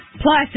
Plus